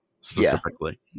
specifically